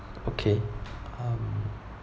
okay um